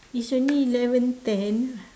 it's only eleven ten